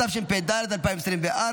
התשפ"ד 2024,